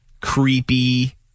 creepy